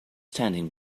standing